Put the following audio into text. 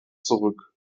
zurück